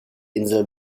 insel